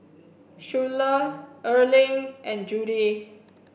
Schuyler Erling and Judy